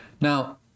Now